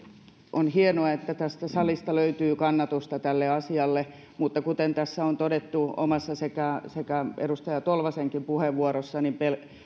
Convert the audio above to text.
on hienoa että tästä salista löytyy kannatusta tälle asialle mutta kuten tässä on todettu omassa puheenvuorossani sekä edustaja tolvasenkin puheenvuorossa